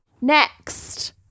Next